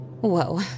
Whoa